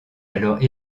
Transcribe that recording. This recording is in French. alors